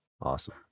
Awesome